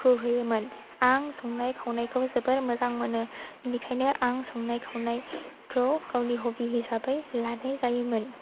दुखु होयोमोन आं संनाय खावनायखौ जोबोर मोजां मोनो बेनिखायनो आं संनाय खावनायखौ गावनि ह'बि हिसाबै लानाय जायोमोन